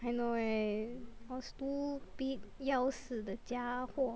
I know right all stupid 要死的家伙